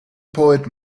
poet